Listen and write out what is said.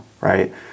right